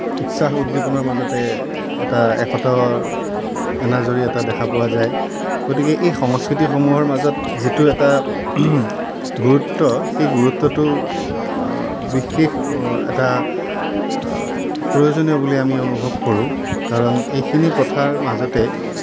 উৎসাহ উদ্দীপনাৰ মাজতে এটা একতাৰ এনাজৰী এটা দেখা পোৱা যায় গতিকে এই সংস্কৃতিসমূহৰ মাজত যিটো এটা গুৰুত্ব এই গুৰুত্বটো বিশেষ এটা প্ৰয়োজনীয় বুলি আমি অনুভৱ কৰোঁ কাৰণ এইখিনি কথাৰ মাজতে